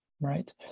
right